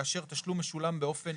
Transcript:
כאשר תשלום משולם באופן